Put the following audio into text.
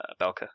Belka